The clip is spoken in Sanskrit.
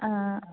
आ